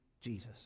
Jesus